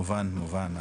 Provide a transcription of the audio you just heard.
מובן, מובן.